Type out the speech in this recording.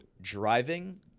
driving